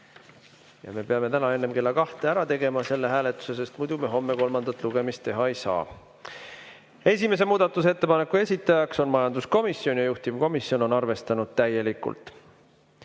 Me peame täna enne kella kahte ära tegema selle hääletuse, sest muidu me homme kolmandat lugemist teha ei saa. Esimese muudatusettepaneku esitaja on majanduskomisjon ja juhtivkomisjon on seda arvestanud täielikult.